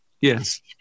Yes